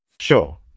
Sure